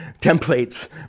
templates